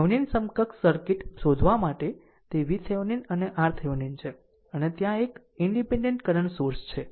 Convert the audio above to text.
Thevenin સમકક્ષ circuit શોધવા માટે તે VThevenin અને RThevenin છે અને ત્યાં એક ઈનડીપેનડેન્ટ કરંટ સોર્સ છે